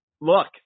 Look